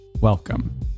Welcome